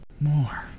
More